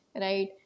right